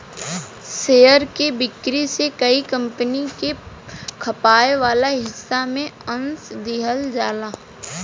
share के बिक्री से कोई कंपनी के खपाए वाला हिस्सा में अंस दिहल जाला